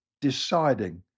Deciding